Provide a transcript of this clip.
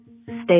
Stay